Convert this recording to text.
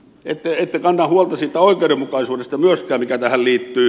ette kanna huolta siitä oikeudenmukaisuudesta myöskään mikä tähän liittyy